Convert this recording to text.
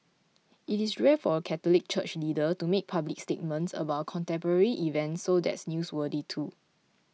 it is rare for a Catholic church leader to make public statements about a contemporary event so that's newsworthy too